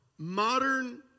Modern